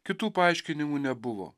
kitų paaiškinimų nebuvo